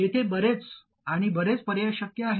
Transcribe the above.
तेथे बरेच आणि बरेच पर्याय शक्य आहेत